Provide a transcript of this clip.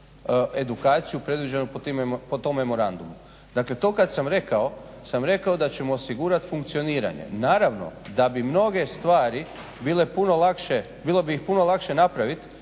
edukaciju predviđenu po tom memorandumu. Dakle, to kad sam rekao sam rekao da ćemo osigurat funkcioniranje. Naravno da bi mnoge stvari bile puno lakše, bilo bi ih puno lakše napravit